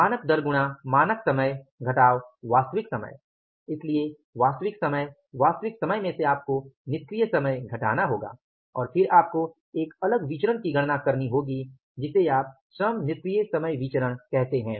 मानक दर गुणा मानक समय घटाव वास्तविक समय इसलिए वास्तविक समय वास्तविक समय में से आपको निष्क्रिय समय घटाना होगा और फिर आपको एक अलग विचरण की गणना करनी होगी जिसे आप श्रम निष्क्रिय समय विचरण कहते हैं